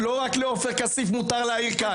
לא רק לעופר כסיף מותר להעיר כאן.